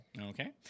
okay